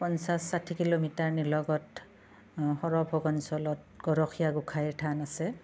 পঞ্চাছ ষাঠি কিলোমিটাৰ নিলগত সৰভোগ অঞ্চলত গৰখীয়া গোঁসাই থান আছে